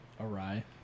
awry